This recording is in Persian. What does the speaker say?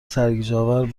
سرگیجهآور